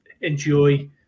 enjoy